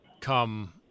come